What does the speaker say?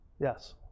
Yes